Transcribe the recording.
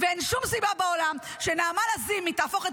ואין שום סיבה בעולם שנעמה לזימי תהפוך את